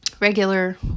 regular